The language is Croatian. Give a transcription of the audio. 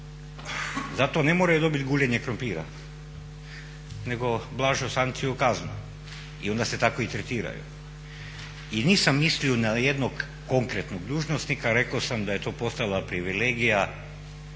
Zato ne moraju dobiti guljenje krumpira nego blažu sankciju, kaznu i onda se tako i tretiraju. I nisam mislio na jednog konkretnog dužnosnika, rekao sam da je to postala privilegija